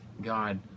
God